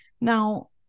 now